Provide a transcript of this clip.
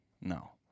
No